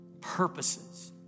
purposes